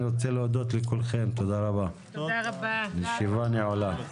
אני רוצה להודות לכולכם, תודה רבה, הישיבה נעולה.